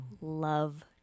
love